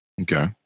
Okay